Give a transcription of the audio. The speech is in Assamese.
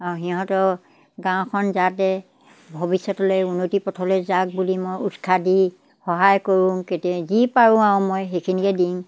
আৰু সিহঁতৰ গাঁওখন যাতে ভৱিষ্যতলৈ উন্নতিৰ পথলৈ যাওক বুলি মই উৎসাহ দি সহায় কৰোঁ কেতিয়া যি পাৰোঁ আৰু মই সেইখিনিকে দিওঁ